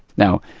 now,